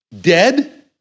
dead